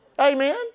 Amen